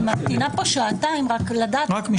סעיף 15 לחוק-יסוד: השפיטה קובע שבית משפט,